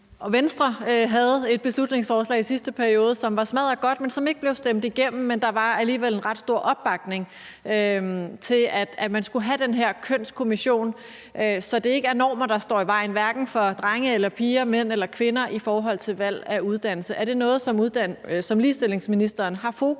Venstre havde et beslutningsforslag i sidste periode, som var smaddergodt, men som ikke blev stemt igennem. Men der var alligevel en ret stor opbakning til, at man skulle have den her kønskommission, så det ikke er normer, der står i vejen, hverken for drenge eller piger, mænd eller kvinder i forhold til valg af uddannelse. Er det noget, som ligestillingsministeren har fokus på